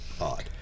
odd